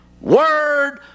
word